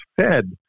fed